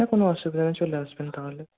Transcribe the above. না কোনো অসুবিধা নেই চলে আসবেন তাহলে